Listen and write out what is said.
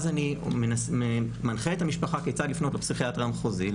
אז אני מנחה את המשפחה כיצד לפנות לפסיכיאטר המחוזי,